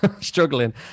struggling